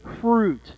fruit